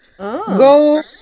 Go